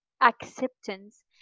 acceptance